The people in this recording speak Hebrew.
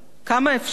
כמה אפשר?